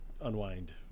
unwind